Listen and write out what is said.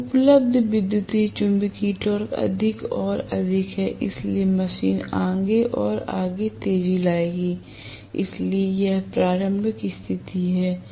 तो उपलब्ध विद्युत चुम्बकीय टॉर्क अधिक और अधिक है इसलिए मशीन आगे और आगे तेजी लाएगी इसलिए यह प्रारंभिक स्थिति है